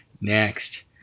next